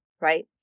right